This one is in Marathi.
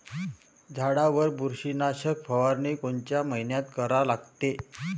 झाडावर बुरशीनाशक फवारनी कोनच्या मइन्यात करा लागते?